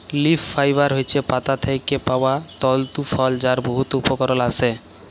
leaf fibre হছে পাতা থ্যাকে পাউয়া তলতু ফল যার বহুত উপকরল আসে